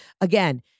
Again